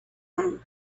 hand